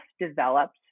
developed